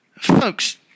Folks